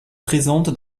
présente